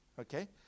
okay